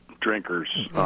drinkers